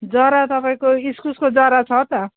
जरा तपाईँको इस्कुसको जरा छ त